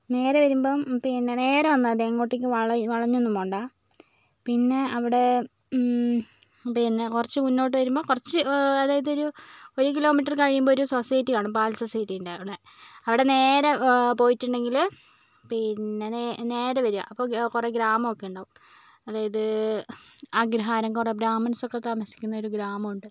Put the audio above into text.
നേരെ വരുമ്പം പിന്നെ നേരെ വന്നാൽ മതി എങ്ങോട്ടേക്കും വളഞ്ഞൊന്നും പോവേണ്ട പിന്നെ അവിടെ പിന്നെ കുറച്ച് മുന്നോട്ട് വരുമ്പം കുറച്ച് അതായതൊരു ഒരു കിലോമീറ്റർ കഴിയുമ്പോൾ ഒരു സൊസൈറ്റി കാണും പാൽ സൊസൈറ്റി ഉണ്ടവിടെ അവിടെ നേരെ പോയിട്ടുണ്ടെങ്കിൽ പിന്നെ നേ നേരെ വരിക അപ്പോൾ കുറേ ഗ്രാമം ഒക്കെ ഉണ്ടാവും അതായത് അഗ്രഹാരം കുറേ ബ്രാഹ്മിൻസ് ഒക്കെ താമസിക്കുന്ന ഒരു ഗ്രാമം ഉണ്ട്